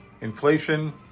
Inflation